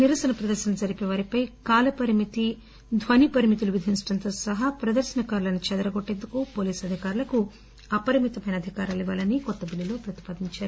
నిరసన ప్రదర్శనలు జరిపే వారిపై కాలపరిమితి ధ్వని పరిమితులు విధించటంతో సహా ప్రదర్శనకారులను చెదరగొట్టేందుకు పోలీసులు అధికారులకు అపరిమితమైన అధికారాలు ఇవ్వాలని ఈ కొత్త బిల్లులో ప్రతిపాదించారు